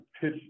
pitch